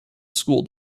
school